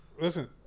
listen